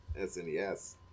SNES